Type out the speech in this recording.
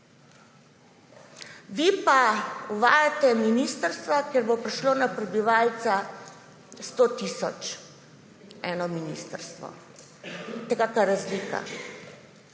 Vi pa uvajate ministrstva, kjer bo prišlo na prebivalca 100 tisoč 1 ministrstvo. Vidite, kakšna razlika?